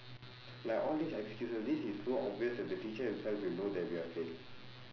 like all these excuses this is so obvious that the teacher himself will know that we are fake